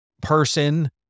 person